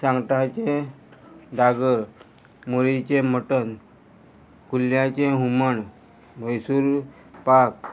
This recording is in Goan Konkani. सांगटाचें दागर मोळीचें मटन कुल्ल्याचें हुमण मैसूर पाक